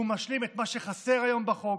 והוא משלים את מה שחסר היום בחוק,